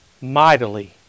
mightily